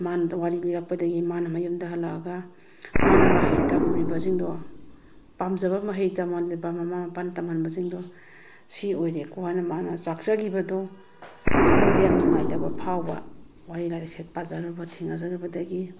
ꯃꯉꯣꯟꯗ ꯋꯥꯔꯤ ꯂꯤꯔꯛꯄꯗꯒꯤ ꯃꯥꯅ ꯃꯌꯨꯝꯗ ꯍꯜꯂꯛꯑꯒ ꯃꯥꯅ ꯃꯍꯩ ꯇꯝꯃꯨꯔꯤꯕꯁꯤꯡꯗꯣ ꯄꯥꯝꯖꯕ ꯃꯍꯩ ꯇꯝꯍꯟꯂꯤꯕ ꯃꯃꯥ ꯃꯄꯥꯅ ꯇꯝꯍꯟꯕꯁꯤꯡꯗꯣ ꯁꯤ ꯑꯣꯏꯔꯦꯀꯣ ꯍꯥꯏꯅ ꯃꯥꯅ ꯆꯥꯛꯆꯈꯤꯕꯗꯣ ꯊꯝꯃꯣꯏꯗ ꯌꯥꯝ ꯅꯨꯡꯉꯥꯏꯇꯕ ꯐꯥꯎꯕ ꯋꯥꯔꯤ ꯂꯥꯏꯔꯤꯛꯁꯦ ꯄꯥꯖꯨꯔꯕ ꯊꯦꯡꯅꯖꯔꯨꯕꯗꯒꯤ